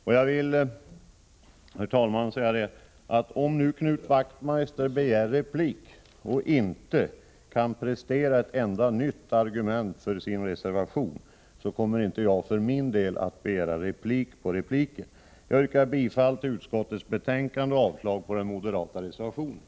Om Knut Wachtmeister nu begär replik och inte kan prestera ett enda nytt argument för sin reservation, kommer jag för min delinte att begära replik på repliken. Herr talman! Jag yrkar bifall till utskottets hemställan och avslag på den moderata reservationen.